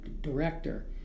director